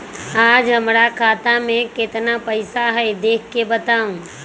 आज हमरा खाता में केतना पैसा हई देख के बताउ?